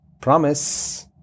Promise